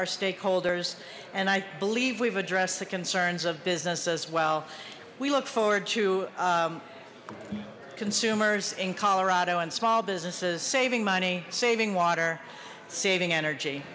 our stakeholders and i believe we've addressed the concerns of business as well we look forward to consumers in colorado and small businesses saving money saving water saving energy